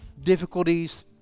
difficulties